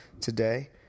today